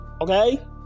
Okay